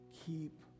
Keep